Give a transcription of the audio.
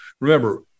remember